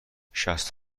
شصت